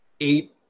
eight